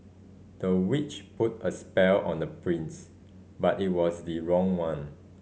the witch put a spell on the prince but it was the wrong one